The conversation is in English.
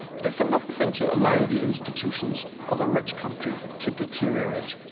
but it's another thing to allow the institutions of a rich country to deteriorate.